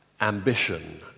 Ambition